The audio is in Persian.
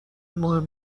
مهم